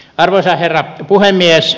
arvoisa herra puhemies